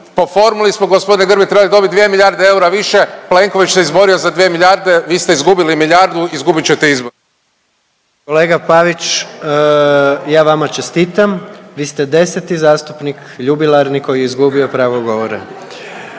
Po formuli smo gospodine Grbin trebali dobit 2 milijarde eura više, Plenković se izborio za 2 milijarde, vi ste izgubili milijardu, izgubit ćete izbore. **Jandroković, Gordan (HDZ)** Kolega Pavić, ja vama čestitam, vi ste 10. zastupnik jubilarni koji je izgubio pravo govora.